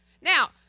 Now